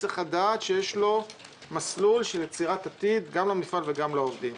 צריך לדעת שיש לו מסלול של יצירת עתיד גם למפעל וגם לעובדים.